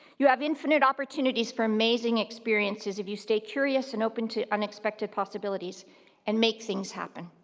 you have infinite opportunities for amazing experiences if you stay curious and open to unexpected possibilities and make things happen.